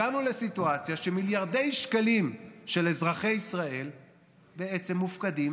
הגענו לסיטואציה שמיליארדי שקלים של אזרחי ישראל בעצם מופקדים,